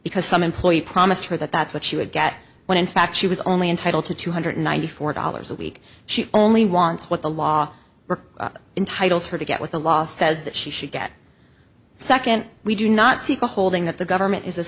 because some employee promised her that that's what she would get when in fact she was only entitled to two hundred ninety four dollars a week she only wants what the law in titles forget what the law says that she should get a second we do not seek a holding that the government is a